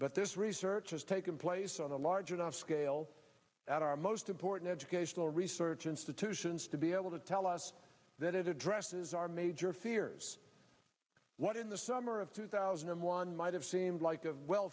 but this research has taken place on a large enough scale that our most important educational research institutions to be able to tell us that it addresses our major fears what in the summer of two thousand and one might have seemed like a well